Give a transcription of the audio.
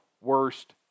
worst